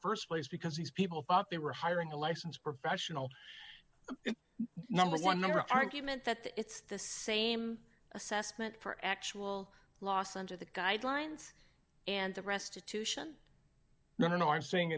st place because these people thought they were hiring a licensed professional number one number argument that the it's the same assessment for actual loss and the guidelines and the restitution no no i'm saying